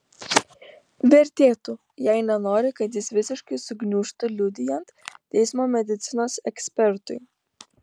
vertėtų jei nenori kad jis visiškai sugniužtų liudijant teismo medicinos ekspertui